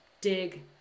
dig